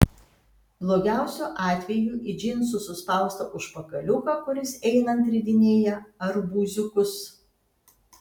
blogiausiu atveju į džinsų suspaustą užpakaliuką kuris einant ridinėja arbūziukus